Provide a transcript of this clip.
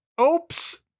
oops